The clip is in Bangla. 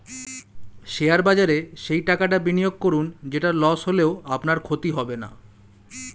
শেয়ার বাজারে সেই টাকাটা বিনিয়োগ করুন যেটা লস হলেও আপনার ক্ষতি হবে না